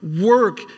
work